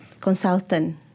consultant